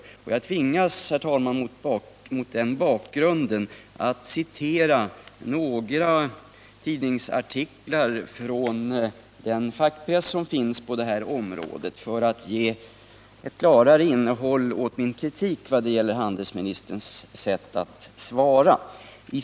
Mot den bakgrunden tvingas jag, herr talman, citera några tidningsartiklar i den fackpress som finns på det här området för att ge ett klarare innehåll åt min kritik när det gäller handelsministerns sätt att svara på interpellationen.